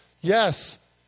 yes